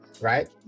right